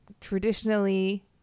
traditionally